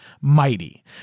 mighty